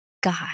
God